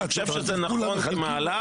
אני חושב שזה נכון כמהלך,